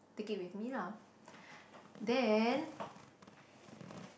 take it with me lah then